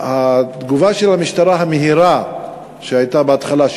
התגובה המהירה של המשטרה שהייתה בהתחלה,